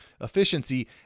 efficiency